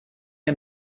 mir